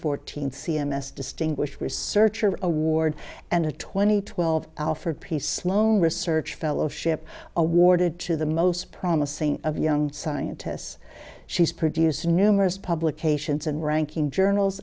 fourteen c m s distinguished research or award and a twenty twelve alford piece long research fellowship awarded to the most promising of young scientists she's produced numerous publications and ranking journals